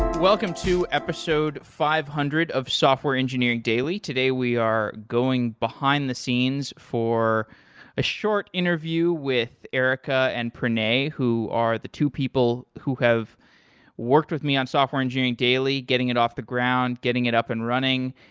welcome to episode five hundred of software engineering daily. today, we are going behind the scenes for a short interview with erica and pranay who are the two people who have worked with me on software engineering daily getting it off the ground, getting it up and running.